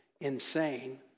insane